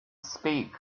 speak